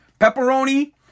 Pepperoni